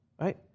right